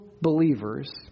believers